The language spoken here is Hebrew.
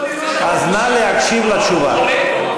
אז נא להקשיב לתשובה.